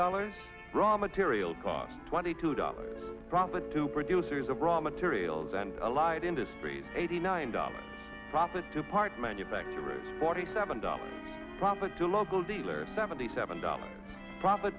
dollars raw material costs twenty two dollars but two producers of raw materials and allied industries eighty nine dollars profit to part manufacturers forty seven dollars profit to local dealer seventy seven dollars pro